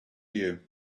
you